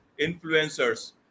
influencers